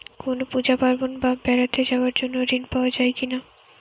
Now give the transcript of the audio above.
কোনো পুজো পার্বণ বা বেড়াতে যাওয়ার জন্য ঋণ পাওয়া যায় কিনা?